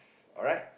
alright